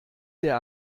der